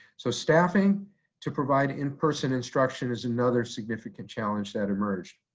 so staffing to provide in-person instruction is another significant challenge that emerged.